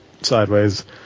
sideways